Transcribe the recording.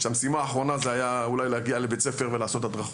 שהמשימה האחרונה זה היה אולי להגיע לבית ספר ולעשות הדרכות.